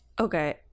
Okay